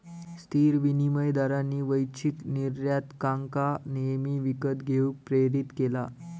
स्थिर विनिमय दरांनी वैश्विक निर्यातकांका नेहमी विकत घेऊक प्रेरीत केला